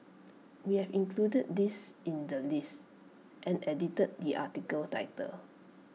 we have included this in the list and edited the article title